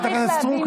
חברת הכנסת סטרוק,